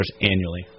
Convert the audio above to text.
annually